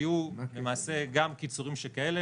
היו גם קיצורים שכאלה.